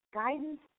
guidance